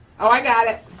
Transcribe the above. ah i got it.